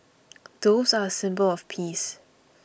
doves are a symbol of peace